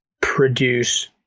produce